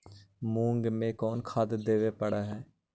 मुंग मे कोन खाद पड़तै है?